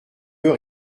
eux